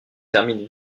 termine